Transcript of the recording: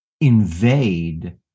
invade